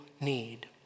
need